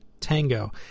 tango